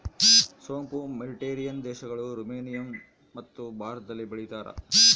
ಸೋಂಪು ಮೆಡಿಟೇರಿಯನ್ ದೇಶಗಳು, ರುಮೇನಿಯಮತ್ತು ಭಾರತದಲ್ಲಿ ಬೆಳೀತಾರ